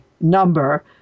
number